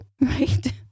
Right